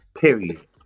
Period